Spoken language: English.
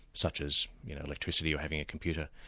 such as electricity or having a computer.